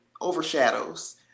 overshadows